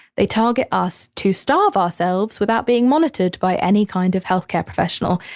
they target us to starve ourselves without being monitored by any kind of health care professional.